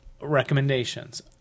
recommendations